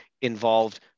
involved